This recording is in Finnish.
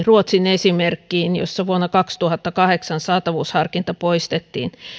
ruotsin esimerkkiin ruotsissa vuonna kaksituhattakahdeksan saatavuusharkinta poistettiin